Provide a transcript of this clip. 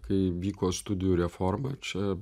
kai vyko studijų reforma čia